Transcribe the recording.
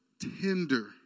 tender